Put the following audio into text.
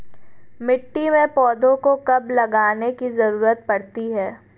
मिट्टी में पौधों को कब लगाने की ज़रूरत पड़ती है?